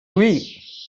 oui